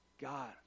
God